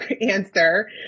answer